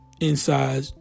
inside